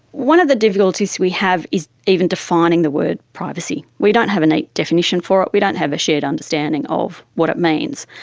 one of the difficulties we have is even defining the word privacy. we don't have a neat definition for it, we don't have a shared understanding of what it means.